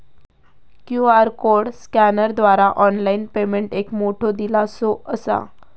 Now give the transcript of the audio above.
QR code स्कॅनरद्वारा online payment एक मोठो दिलासो असा